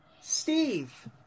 Steve